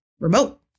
remote